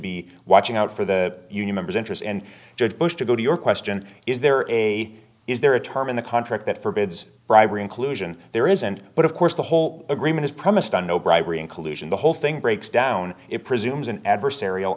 be watching out for the union members interest and george bush to go to your question is there a is there a term in the contract that forbids bribery inclusion there isn't but of course the whole agreement is premised on no bribery and collusion the whole thing breaks down it presumes an adversarial